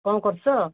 କ'ଣ କରୁଛ